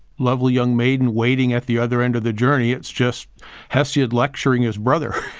lovely, young maiden waiting at the other end of the journey. it's just hesiod lecturing his brother,